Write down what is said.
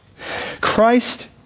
Christ